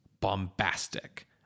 bombastic